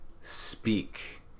speak